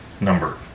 number